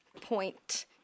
Point